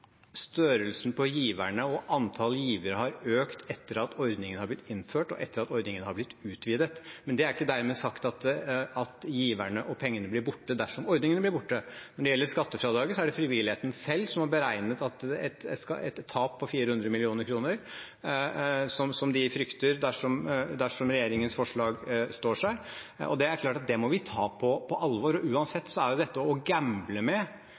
størrelsen på giverne og antallet givere har økt etter at ordningen har blitt innført, og etter at ordningen har blitt utvidet. Men det er ikke dermed sagt at giverne og pengene blir borte dersom ordningene blir borte. Når det gjelder skattefradraget, er det frivilligheten selv som har beregnet et tap på 400 mill. kr, som de frykter dersom regjeringens forslag står seg. Det er klart at det må vi ta på alvor. Uansett er dette å gamble med